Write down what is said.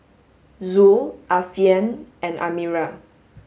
Zul Alfian and Amirah